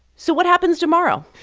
so what happens tomorrow?